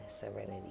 serenity